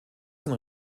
sind